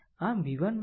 આમv1 v2 32 by 2